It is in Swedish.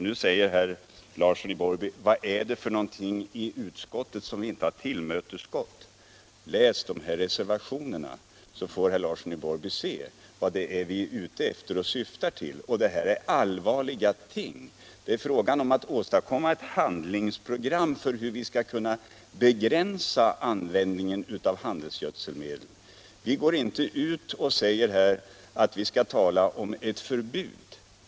Nu säger herr Larsson i Borrby: Vad är det för någonting som vi inte har tillmötesgått i utskottet? Läs de här reservationerna, så får herr Larsson i Borrby se vad vi är ute efter och syftar till. Och detta är allvarliga ting. Det är fråga om att åstadkomma ett handlingsprogram för hur vi skall begränsa användningen av handelsgödselmedel. Vi går inte ut och säger att man skall tala om ett förbud.